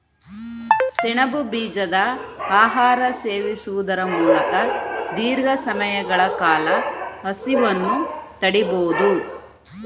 ಸೆಣಬು ಬೀಜದ ಆಹಾರ ಸೇವಿಸುವುದರ ಮೂಲಕ ದೀರ್ಘ ಸಮಯಗಳ ಕಾಲ ಹಸಿವನ್ನು ತಡಿಬೋದು